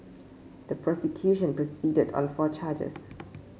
the prosecution proceeded on four charges